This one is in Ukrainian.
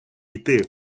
йти